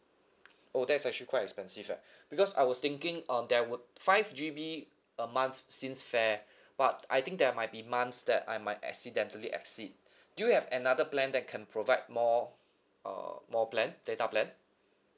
oh that's actually quite expensive eh because I was thinking uh that with five G_B a month seems fair but I think there might be months that I might accidentally exceed do you have another plan that can provide more uh more plan data plan